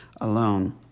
alone